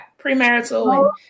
Premarital